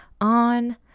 on